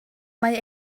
mae